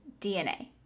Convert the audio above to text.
DNA